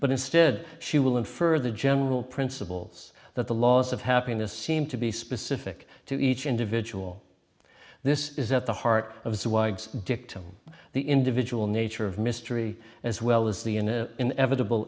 but instead she will infer the general principles that the laws of happiness seem to be specific to each individual this is at the heart of dictum the individual nature of mystery as well as the in an inevitable